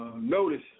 Notice